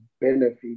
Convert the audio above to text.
benefit